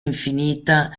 infinita